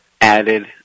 added